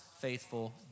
faithful